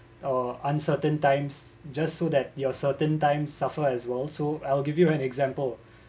your uh uncertain times just so that you're certain time suffer as well also I'll give you an example